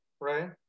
right